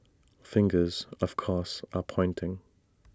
fingers of course are pointing